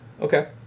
Okay